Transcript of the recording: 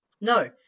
no